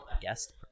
guest